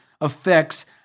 affects